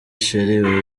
cherie